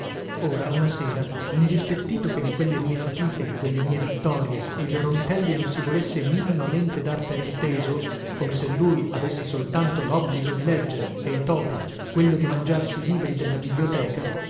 ora una sera indispettito che di quelle mie fatiche e di quelle mie vittorie il romitelli non si volesse minimamente dar per inteso come se lui avesse soltanto lobbligo di leggere e i topi quello di mangiarsi i libri della biblioteca